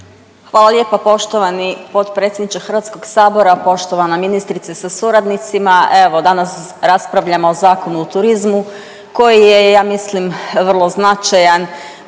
Hvala lijepo poštovani potpredsjedniče HS. Poštovana ministrice sa suradnicima, evo danas raspravljamo o Zakonu o turizmu koji je ja mislim vrlo značajan,